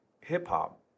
Hip-hop